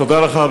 תודה לך.